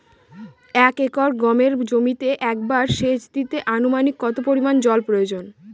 এক একর গমের জমিতে একবার শেচ দিতে অনুমানিক কত পরিমান জল প্রয়োজন?